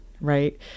right